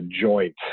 joint